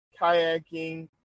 kayaking